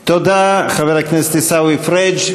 תודה, חבר הכנסת עיסאווי פריג'.